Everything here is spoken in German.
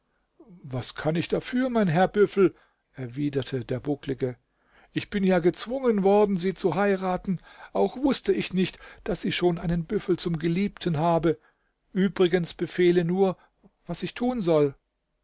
was kann ich dafür mein herr büffel erwiderte der bucklige ich bin ja gezwungen worden sie zu heiraten auch wußte ich nicht daß sie schon einen büffel zum geliebten habe übrigens befehle nur was ich tun soll